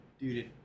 Dude